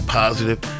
positive